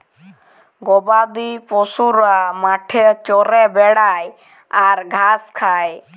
গবাদি পশুরা মাঠে চরে বেড়ায় আর ঘাঁস খায়